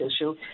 issue